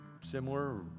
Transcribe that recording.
similar